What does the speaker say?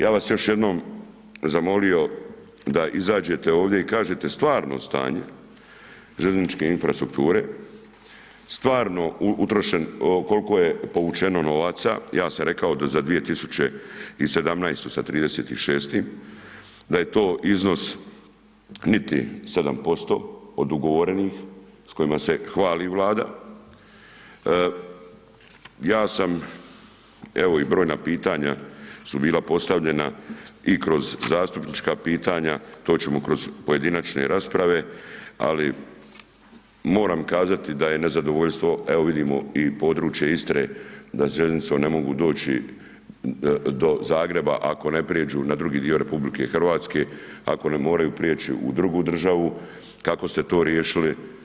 Ja vas još jednom zamolio izađete ovdje i kažete stvarno stanje željezničke infrastrukture, stvarno utrošen, kolko je povučeno novaca, ja sam rekao da za 2017. sa 30.6. da je to iznos niti 7% od ugovorenih s kojima se hvali Vlada, ja sam evo i brojna pitanja su bila postavljena i kroz zastupnička pitanja, to ćemo kroz pojedinačne rasprave, ali moram kazati da je nezadovoljstvo, evo vidimo i područje Istre da željeznicom ne mogu doći do Zagreba ako ne prijeđu na drugi dio RH, ako ne moraju prijeći u drugu državu, kako ste to riješili.